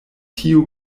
tiu